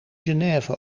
genève